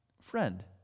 Friend